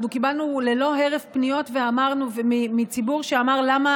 קיבלנו ללא הרף פניות מציבור שאמר: למה